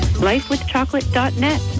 lifewithchocolate.net